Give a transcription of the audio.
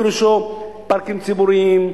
פירושו פארקים ציבוריים,